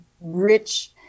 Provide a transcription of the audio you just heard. rich